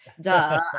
duh